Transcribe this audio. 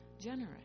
generous